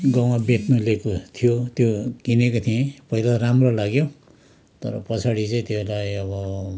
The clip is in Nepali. गाउँमा बेच्नु लिएको थियो त्यो किनेको थिएँ पहिला राम्रो लाग्यो तर पछाडि चाहिँ त्यसलाई अब